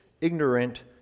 ignorant